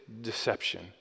deception